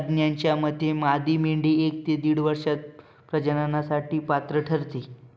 तज्ज्ञांच्या मते मादी मेंढी एक ते दीड वर्षात प्रजननासाठी पात्र ठरते